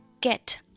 get